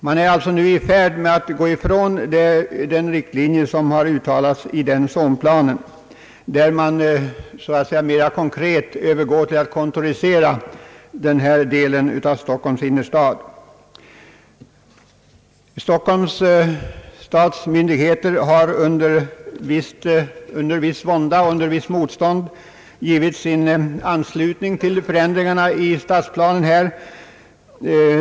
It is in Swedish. Man är alltså nu i färd med att gå ifrån den riktlinje som har ut talats i denna zonplan, när man nu Övergår till att kontorisera ifrågavarande del av Stockholms innerstad. Stockholms stads myndigheter har under viss vånda och under motstånd givit sin anslutning till förändringarna i stadsplanen.